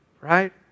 right